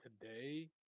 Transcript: today